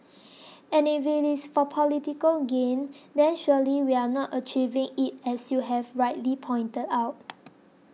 and if it is for political gain then surely we are not achieving it as you have rightly pointed out